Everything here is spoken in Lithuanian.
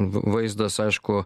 v vaizdas aišku